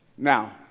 Now